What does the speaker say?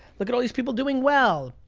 look at all these people doing well.